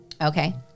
Okay